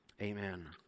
Amen